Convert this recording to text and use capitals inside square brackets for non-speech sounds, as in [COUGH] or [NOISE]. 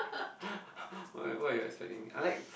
[BREATH] what what are you expecting I like